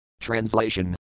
Translation